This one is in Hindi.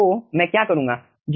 तो मैं क्या करूंगा